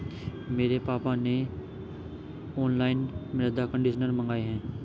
मेरे पापा ने ऑनलाइन मृदा कंडीशनर मंगाए हैं